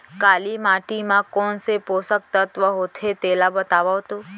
काली माटी म कोन से पोसक तत्व होथे तेला बताओ तो?